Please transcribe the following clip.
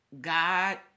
God